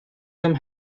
some